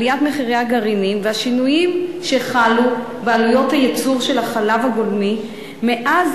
עליית מחירי הגרעינים והשינויים שחלו בעלויות הייצור של החלב הגולמי מאז